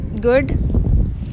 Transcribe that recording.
good